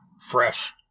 fresh